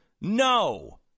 No